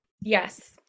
Yes